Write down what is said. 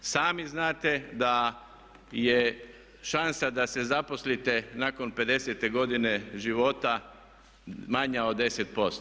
I sami znate da je šansa da se zaposlite nakon 50-te godine života manja od 10%